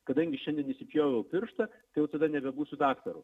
kadangi šiandien įsipjoviau pirštą tai jau tada nebebūsiu daktaru